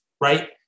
right